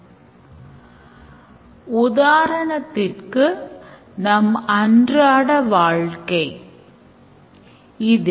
இங்கு systemன் அழைப்புகள் யார் உருவாக்குகிறார் மற்றும் செயல்படுத்தப்படும் use caseகள் என்ன என்பதயும் நாம் அடையாளம் காண்கிறோம்